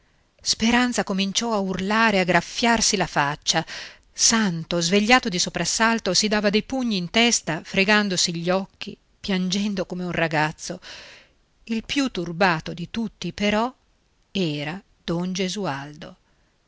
speranza cominciò a urlare e a graffiarsi la faccia santo svegliato di soprassalto si dava dei pugni in testa fregandosi gli occhi piangendo come un ragazzo il più turbato di tutti però era don gesualdo